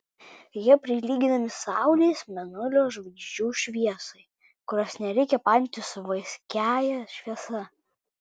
jie prilyginami saulės mėnulio žvaigždžių šviesai kurios nereikia painioti su vaiskiąja šviesa